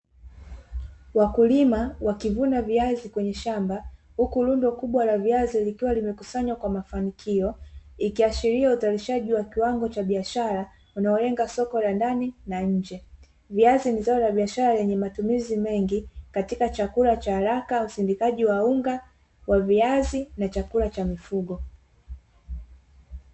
Wakulimwa wakivuna viazi kwenye shamba huku rundo kubwa la viazi likiwa limekusanywa kwa mafanikio, ikiashiria utayarishaji wa kiwango cha biashara unaolenga soko la ndani na nje. Viazi ni zao la biashara lenye matumizi mengi katika chakula cha haraka husindikaji wa unga wa viazi na chakula cha mifugo.